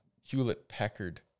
hewlett-packard